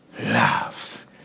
loves